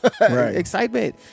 excitement